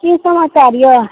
की समाचार अइ